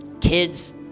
kids